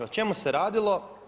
O čemu se radilo?